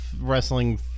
wrestling